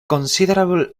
considerable